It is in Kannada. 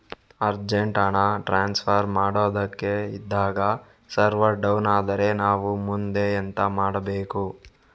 ಅರ್ಜೆಂಟ್ ಹಣ ಟ್ರಾನ್ಸ್ಫರ್ ಮಾಡೋದಕ್ಕೆ ಇದ್ದಾಗ ಸರ್ವರ್ ಡೌನ್ ಆದರೆ ನಾವು ಮುಂದೆ ಎಂತ ಮಾಡಬೇಕು?